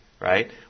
Right